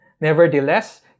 Nevertheless